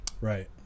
Right